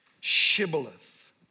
Shibboleth